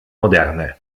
moderne